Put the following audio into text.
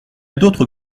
d’autres